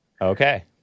Okay